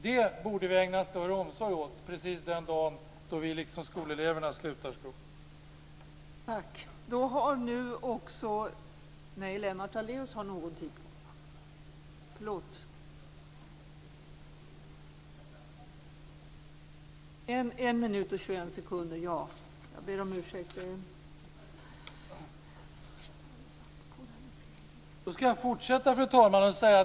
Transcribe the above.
Det borde vi ägna större omsorg åt den dag då vi som skolelever slutar skolan.